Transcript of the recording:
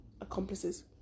accomplices